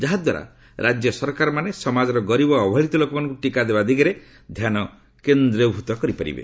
ଯାହାଦ୍ୱାରା ରାଜ୍ୟ ସରକାରମାନେ ସମାଜର ଗରିବ ଓ ଅବହେଳିତ ଲୋକମାନଙ୍କୁ ଟିକା ଦେବା ଦିଗରେ ଧ୍ୟାନ କେନ୍ଦ୍ରୀଭୃତ କରିବେ